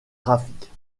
graphiques